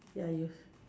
ya use~